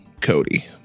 Cody